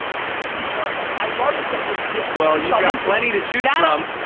cause it's too front running i love that you're a dick. well you've got plenty to choose from.